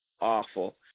awful